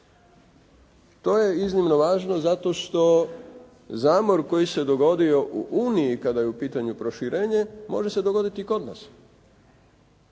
To je iznimno važno zato što zamor koji se dogodio u Uniji kada je u pitanju proširenje može se dogoditi i kod nas.